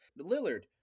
Lillard